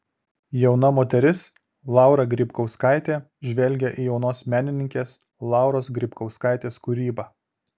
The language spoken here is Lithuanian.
jauna moteris laura grybkauskaitė žvelgia į jaunos menininkės lauros grybkauskaitės kūrybą